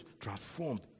transformed